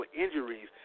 injuries